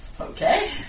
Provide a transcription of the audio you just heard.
Okay